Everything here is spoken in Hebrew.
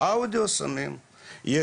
אתם יכולים להיכנס ולראות,